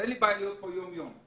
אין לי בעיה ולהיות פה יום יום,